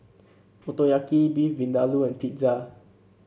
Motoyaki Beef Vindaloo and Pizza